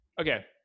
Okay